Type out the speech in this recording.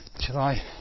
July